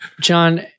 John